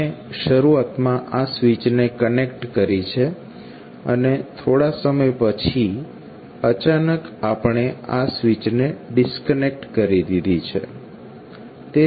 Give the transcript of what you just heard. આપણે શરૂઆતમાં આ સ્વીચને કનેક્ટ કરી છે અને થોડા સમય પછી અચાનક આપણે આ સ્વીચને ડિસ્કનેક્ટ કરી દીધી છે